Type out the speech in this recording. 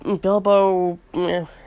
Bilbo